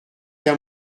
qu’à